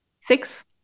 Six